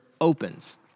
opens